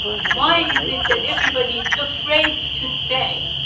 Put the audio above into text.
why is it that everybody is afraid to say?